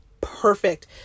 perfect